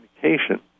communication